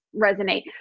resonate